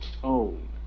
tone